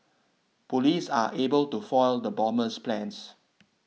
police are able to foil the bomber's plans